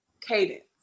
cadence